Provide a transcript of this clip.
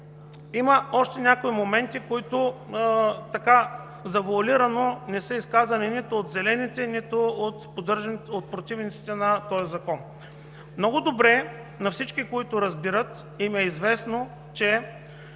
има още някои моменти, които завоалирано не са изказани нито от Зелените, нито от противниците на този закон. Много добре е известно на всички, които разбират, че документът за